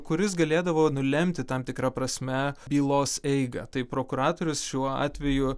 kuris galėdavo nulemti tam tikra prasme bylos eigą tai prokuratorius šiuo atveju